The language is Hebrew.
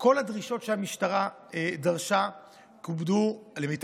שכל הדרישות שהמשטרה דרשה כובדו במלואן,